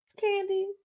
Candy